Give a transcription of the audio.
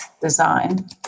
design